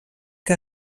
que